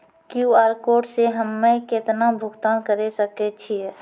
QR code से हम्मय केतना भुगतान करे सके छियै?